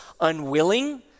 unwilling